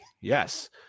yes